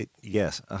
Yes